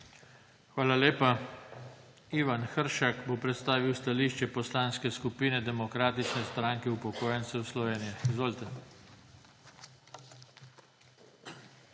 Hvala lepa. Ivan Hršak bo predstavil stališče Poslanske skupine Demokratične stranke upokojencev Slovenije. Vidim,